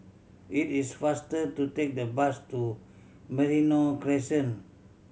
it is faster to take the bus to Merino Crescent